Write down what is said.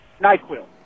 NyQuil